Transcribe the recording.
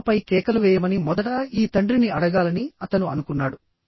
పిల్లలపై కేకలు వేయమని మొదట ఈ తండ్రిని అడగాలని అతను అనుకున్నాడు